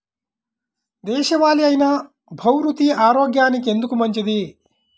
దేశవాలి అయినా బహ్రూతి ఆరోగ్యానికి ఎందుకు మంచిది?